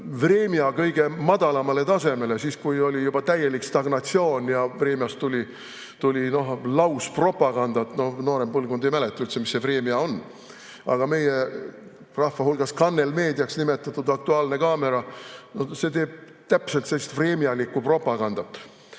"Vremja" kõige madalamale tasemele, siis kui oli juba täielik stagnatsioon ja "Vremjast" tuli lauspropagandat. Noorem põlvkond ei mäleta üldse, mis see "Vremja" on. Aga meie rahva hulgas Kannel‑meediaks nimetatud "Aktuaalne kaamera" teeb täpselt sellist vremjalikku propagandat.